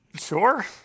Sure